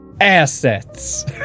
Assets